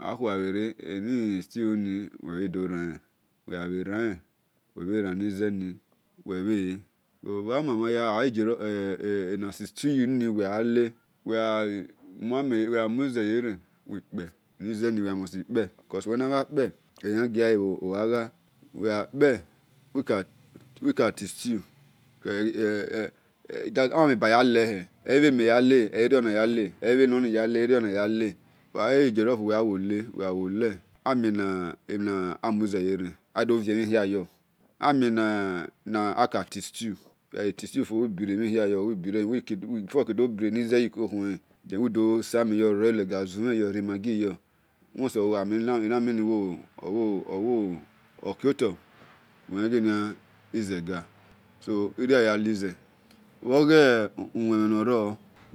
Akhue-ghabhere eni-stew ni wi dhoranhen ogha yi-jellof nor or ena se stew yi no uwe gha muamhen ye-ren uwi-kpe cos uwe uwe gha musti kpe uwe mhana kpe ehia-giahe bha-loghu awe gha-kpe uwi tin stew thates is emheri abayam ehie eyi-bheni-men-yale uwe yale amiene muze-yeren amien-enomtin stew uwe gha tin stew fa ubiremhi hia rere yo before uwekueda-sameya-zumhen yo roberlege sa irio aya-lize bho-ghawemen noro de-ume uyan dumhen bho don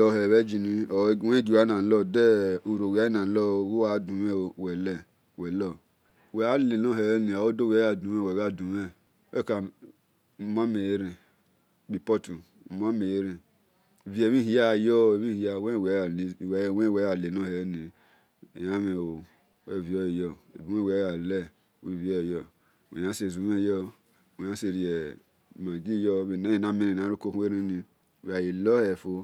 or engine uuse lop we ka muame yeren kpi pelu wien amhin yo nuwe yanya-lena heheni ehamhen uwi yan sa zumhen yo maggi yo bhe ne na men ni uwe gha gi hohelego.